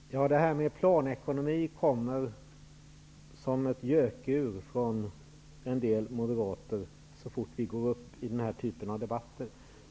Herr talman! Det här med planekonomi kommer som en gök ur ett gökur från en del moderater så fort vi går upp i den här typen av debatter.